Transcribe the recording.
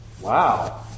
Wow